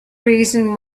reason